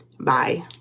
Bye